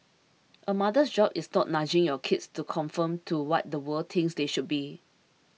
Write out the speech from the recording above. a mother's job is not nudging your kids to conform to what the world thinks they should be